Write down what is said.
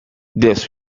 this